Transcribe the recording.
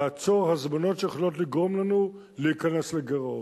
לעצור הזמנות שיכולות לגרום לנו להיכנס לגירעון.